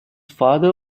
father